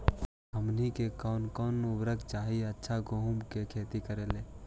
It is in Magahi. हमनी के कौन कौन उर्वरक चाही अच्छा गेंहू के खेती करेला?